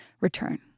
Return